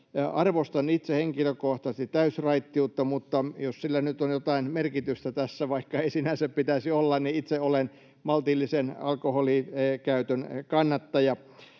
Arvostan itse henkilökohtaisesti täysraittiutta, jos sillä nyt on jotain merkitystä tässä, vaikka ei sinänsä pitäisi olla, eli itse olen maltillisen alkoholinkäytön kannattaja.